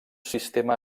sistema